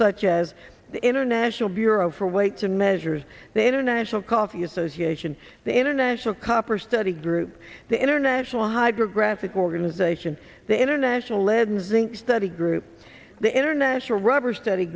such as the international bureau for weights and measures the international coffee association the international copper study group the international hydrographic organization the international lead and zinc study group the international rubber st